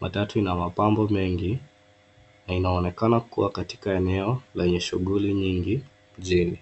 Matatu ina mapambo mengi na inaonekana kuwa katika eneo lenye shughuli nyingi mjini.